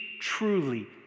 truly